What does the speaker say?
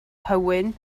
hywyn